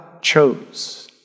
chose